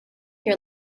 your